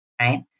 right